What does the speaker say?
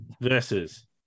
versus